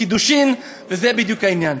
קידושין, וזה בדיוק העניין.